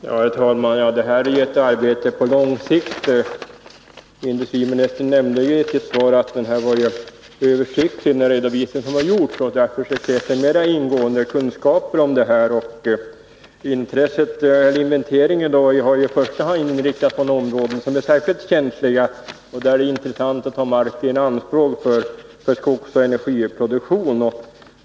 Herr talman! Det här är ett arbete på lång sikt. Industriministern nämnde i sitt svar att den redovisning som gjorts var översiktlig. Därför krävs det mer ingående kunskaper. Inventeringen har ju i första hand inriktats på områden som är särskilt känsliga och där det är intressant att ta marken i anspråk för skogsoch energiproduktion.